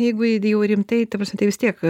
jeigu jinau jau rimtai ta prasme tai vistiek